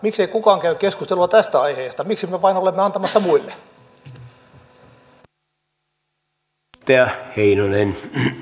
miksei kukaan käy keskustelua tästä aiheesta miksi me vain olemme antamassa muille